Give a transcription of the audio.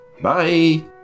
Bye